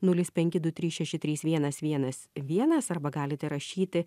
nulis penki du trys šeši trys vienas vienas vienas arba galite rašyti